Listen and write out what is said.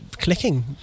clicking